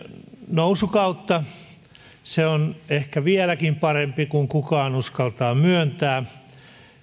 nousukautta se on ehkä vieläkin parempi kuin kukaan uskaltaa myöntää